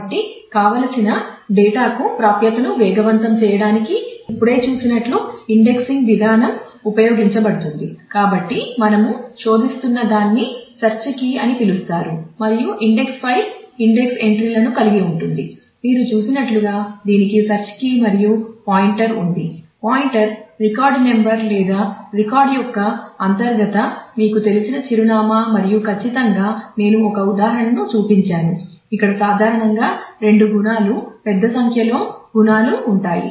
కాబట్టి కావలసిన డేటాకు ప్రాప్యతను వేగవంతం చేయడానికి మీరు ఇప్పుడే చూసినట్లు ఇండెక్సింగ్ యొక్క అంతర్గత మీకు తెలిసిన చిరునామా మరియు ఖచ్చితంగా నేను ఒక ఉదాహరణను చూపించాను ఇక్కడ సాధారణంగా రెండు గుణాలు పెద్ద సంఖ్యలో గుణాలు ఉంటాయి